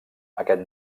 aquest